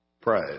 Pride